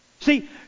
See